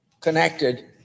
connected